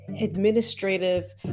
administrative